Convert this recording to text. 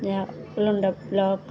ଯାହା ପ୍ଲଣ୍ଡର ବ୍ଲକ